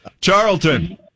Charlton